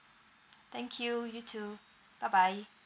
thank you you too bye bye